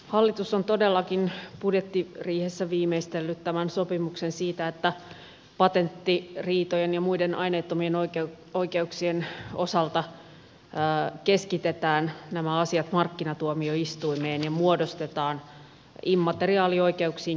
hallitus on todellakin budjettiriihessä viimeistellyt tämän sopimuksen siitä että patenttiriitojen ja muiden aineettomien oikeuksien osalta keskitetään nämä asiat markkinatuomioistuimeen ja muodostetaan immateriaalioikeuksiin keskittyvä ipr tuomioistuin